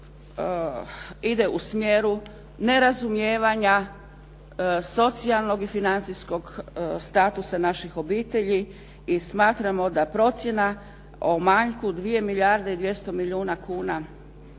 ide u smjeru nerazumijevanja socijalnog i financijskog statusa naših obitelji i smatramo da procjena o manjku 2 milijarde i 200 milijuna kuna